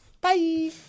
Bye